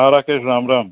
हा राकेश राम राम